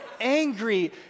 angry